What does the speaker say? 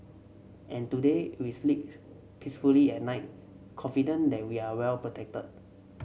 and today we sleeps peacefully at night confident that we are well protected